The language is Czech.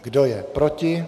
Kdo je proti?